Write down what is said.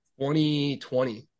2020